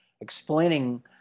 explaining-